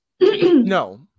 No